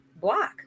block